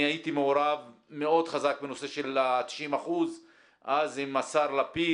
אני הייתי מעורב מאוד חזק בנושא של ה-90% אז עם השר לפיד.